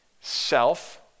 self